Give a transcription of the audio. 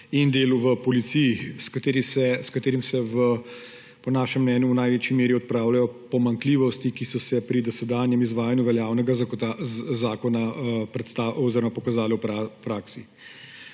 in delu v policiji, s katerim se po našem mnenju v največji meri odpravljajo pomanjkljivosti, ki so se pri dosedanjem izvajanju veljavnega zakona pokazale v praksi.